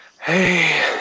Hey